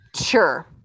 sure